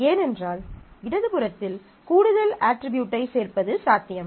ஏனென்றால் இடது புறத்தில் கூடுதல் அட்ரிபியூட்டைச் சேர்ப்பது சாத்தியம்